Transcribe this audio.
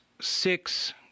six